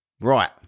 right